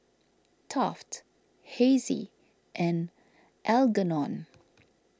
Taft Hessie and Algernon